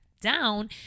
down